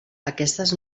aquestes